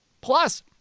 Plus